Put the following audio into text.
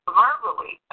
verbally